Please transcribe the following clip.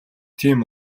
тийм